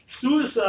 suicide